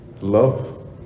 love